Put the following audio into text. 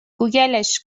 گوگلش